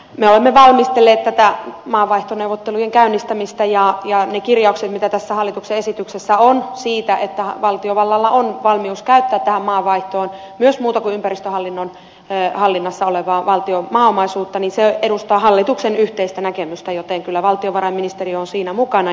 me olemme valmistelleet tätä maanvaihtoneuvottelujen käynnistämistä ja ne kirjaukset mitä tässä hallituksen esityksessä on siitä että valtiovallalla on valmius käyttää tähän maanvaihtoon myös muuta kuin ympäristöhallinnon hallinnassa olevaa valtion maaomaisuutta edustavat hallituksen yhteistä näkemystä joten kyllä valtiovarainministeriö on siinä mukana